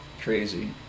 Crazy